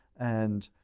and